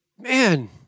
man